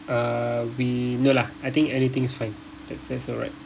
uh we no lah I think anything is fine that's alright